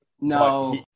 No